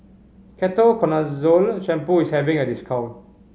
Ketoconazole Shampoo is having a discount